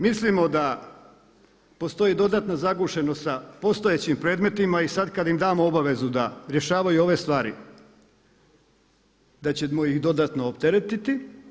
Mislimo da postoji dodatna zagušenost sa postojećim predmetima i sad kad im damo obavezu da rješavaju ove stvari da ćemo ih dodatno opteretiti.